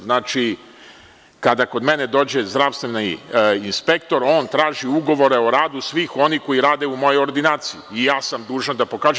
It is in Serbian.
Znači, kada kod mene dođe zdravstveni inspektor, on traži ugovore o radu svih onih koji rade u mojoj ordinaciji i ja sam dužan da mu pokažem.